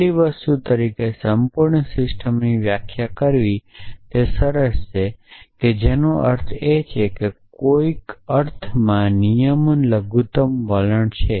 છેલ્લી વસ્તુ તરીકે સંપૂર્ણ સિસ્ટમની વ્યાખ્યા કરવી તે સરસ છે કે જેનો અર્થ એ છે કે કોઈક અર્થમાં નિયમનો લઘુતમ વલણ છે